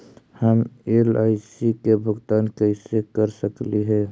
हम एल.आई.सी के भुगतान कैसे कर सकली हे?